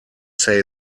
say